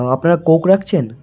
আপনারা কোক রাকছেন